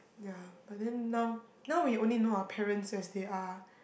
ya but then now now we only know our parents as they are